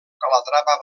calatrava